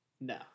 No